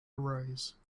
arise